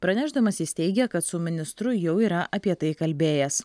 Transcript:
pranešdamas jis teigė kad su ministru jau yra apie tai kalbėjęs